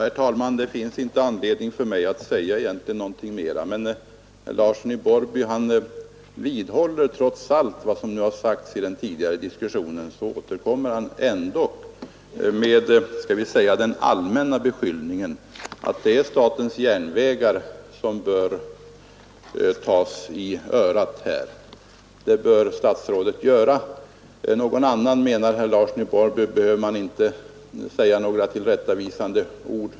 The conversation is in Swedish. Herr talman! Trots allt vad som har sagts i den tidigare diskussionen återkommer herr Larsson i Borrby med, skall vi säga den allmänna beskyllningen att det är statens järnvägar som bör tas i örat här, och det bör statsrådet göra. Någon annan, menar herr Larsson i Borrby, behöver man inte säga några tillrättavisande ord åt.